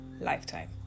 lifetime